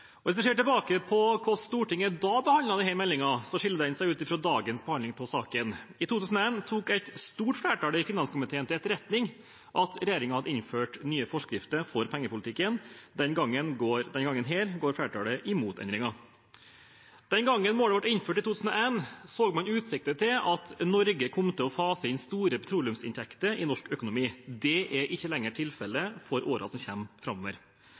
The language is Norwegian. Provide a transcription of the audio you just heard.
2001. Hvis vi ser tilbake på hvordan Stortinget da behandlet denne meldingen, skiller det seg ut fra dagens behandling av saken. I 2001 tok et stort flertall i finanskomiteen til etterretning at regjeringen hadde innført nye forskrifter for pengepolitikken. Denne gangen går flertallet imot endringen. Den gangen målet ble innført i 2001, så man utsikter til at Norge kom til å fase inn store petroleumsinntekter i norsk økonomi. Det er ikke lenger tilfellet for årene som